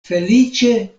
feliĉe